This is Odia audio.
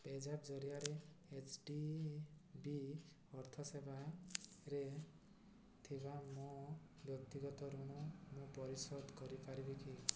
ପେଜାପ୍ ଜରିଆରେ ଏଚ୍ ଡ଼ି ବି ଅର୍ଥ ସେବାରେ ଥିବା ମୋ ବ୍ୟକ୍ତିଗତ ଋଣ ମୁଁ ପରିଶୋଧ କରିପାରିବି କି